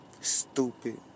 stupid